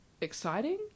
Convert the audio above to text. exciting